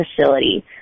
facility